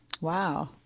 Wow